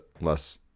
less